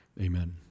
Amen